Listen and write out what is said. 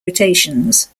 rotations